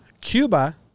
Cuba